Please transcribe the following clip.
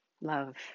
Love